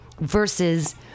Versus